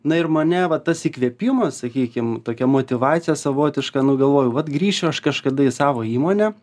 na ir mane va tas įkvėpimas sakykim tokia motyvacija savotiška nu galvoju vat grįšiu aš kažkada į savo įmonę